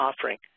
offering